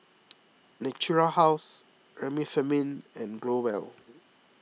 Natura House Remifemin and Growell